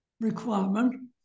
requirement